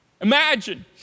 Imagine